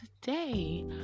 today